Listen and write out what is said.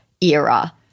era